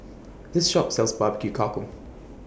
This Shop sells Barbecue Cockle